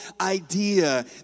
idea